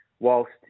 Whilst